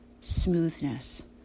Smoothness